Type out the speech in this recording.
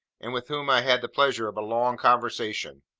and with whom i had the pleasure of a long conversation.